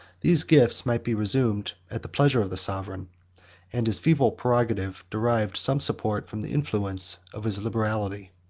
these gifts might be resumed at the pleasure of the sovereign and his feeble prerogative derived some support from the influence of his liberality.